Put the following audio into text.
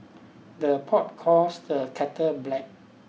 the pot calls the kettle black